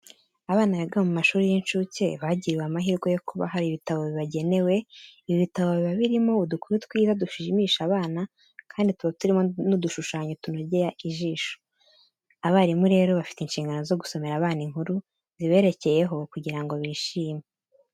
Abana biga mu mashuri y'incuke bagiriwe amahirwe yo kuba hari ibitabo bibagenewe. Ibi bitabo, biba birimo udukuru twiza dushimisha abana, kandi tuba turimo n'udushushanyo tunogeye ijisho. Abarimu rero, bafite inshingano zo gusomera abana inkuru ziberekeyeho kugira ngo bishime.